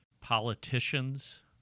politicians